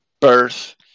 birth